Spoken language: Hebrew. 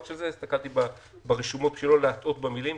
הסתכלתי ברשומות בשביל לא להטעות במילים,